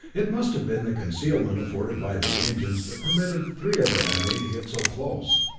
it must have been the concealment afforded by the engines that permitted three of the enemy to get so close.